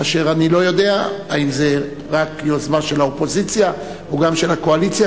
כאשר אינני יודע אם זו רק יוזמה של האופוזיציה או של הקואליציה.